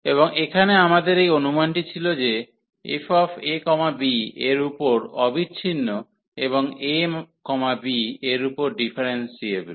এবং এখানে আমাদের এই অনুমানটি ছিল যে f ab এর উপর অবিচ্ছিন্ন এবং ab এর উপর ডিফারেন্সিয়েবল